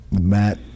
Matt